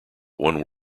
one